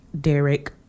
Derek